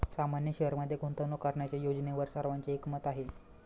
सामान्य शेअरमध्ये गुंतवणूक करण्याच्या योजनेवर सर्वांचे एकमत आहे